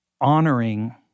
honoring